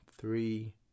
three